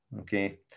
Okay